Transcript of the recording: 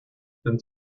been